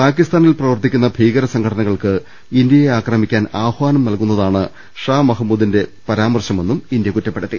പാകിസ്ഥാ നിൽ പ്രവർത്തിക്കുന്ന ഭീകരസംഘടനകൾക്ക് ഇന്ത്യയെ ആക്രമിക്കാൻ ആഹ്വാനം നൽകുന്നതാണ് ഷാ മഹമൂദിന്റെ പരാമർശമെന്നും ഇന്ത്യ കുറ്റപ്പെ ടുത്തി